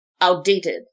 outdated